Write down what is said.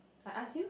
I ask you